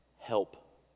help